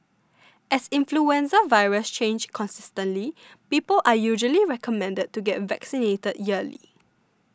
as influenza viruses change constantly people are usually recommended to get vaccinated yearly